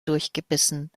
durchgebissen